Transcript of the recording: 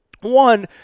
One